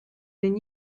than